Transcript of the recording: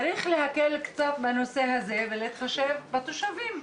צריך להקל קצת בנושא הזה ולהתחשב בתושבים.